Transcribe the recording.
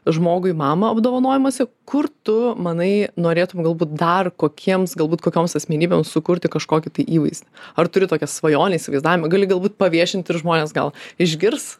žmogui mamą apdovanojimuose kur tu manai norėtum galbūt dar kokiems galbūt kokioms asmenybėms sukurti kažkokį tai įvaizdį ar turi tokią svajonę įsivaizdavimą gali galbūt paviešinti ir žmonės gal išgirs